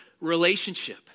relationship